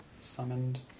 summoned